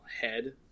head